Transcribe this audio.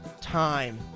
time